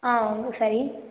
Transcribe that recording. ஆ ம் சரி